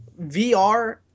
VR